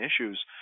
issues